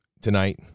tonight